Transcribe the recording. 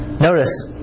Notice